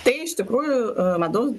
tai iš tikrųjų medaus